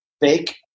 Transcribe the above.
Fake